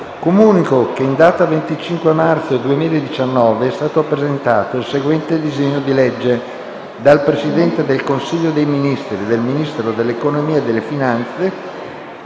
Comunico che in data 25 marzo 2019 è stato presentato il seguente disegno di legge: *dal Presidente del Consiglio dei ministri e dal Ministro dell'economia e delle finanze*